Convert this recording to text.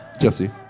Jesse